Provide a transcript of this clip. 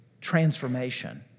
transformation